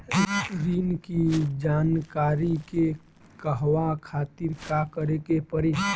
ऋण की जानकारी के कहवा खातिर का करे के पड़ी?